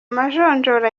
majonjora